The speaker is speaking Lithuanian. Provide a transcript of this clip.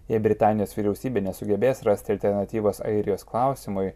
jei britanijos vyriausybė nesugebės rasti alternatyvos airijos klausimui